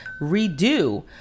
redo